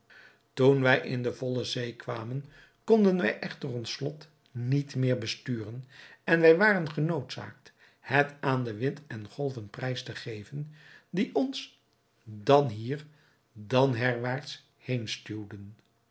toen wij in volle zee kwamen konden wij echter ons vlot niet meer besturen en wij waren genoodzaakt het aan wind en golven prijs te geven die ons dan hier dan herwaarts heen stuwden